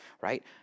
right